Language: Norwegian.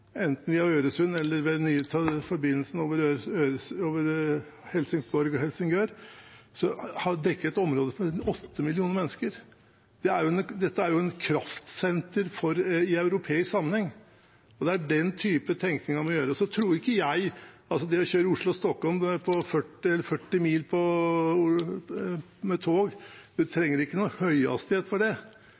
enten via Øresund eller via den nye forbindelsen over Helsingborg og Helsingör. Det dekker et område med åtte millioner mennesker. Dette er jo et kraftsenter i europeisk sammenheng. Det er den type tenkning man må ha. Det å kjøre Oslo–Stockholm, 40 mil, med tog, tror ikke jeg man trenger noen høyhastighet for – 130 km/t. Det